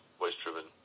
voice-driven